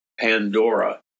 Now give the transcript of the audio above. Pandora